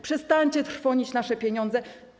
Przestańcie trwonić nasze pieniądze.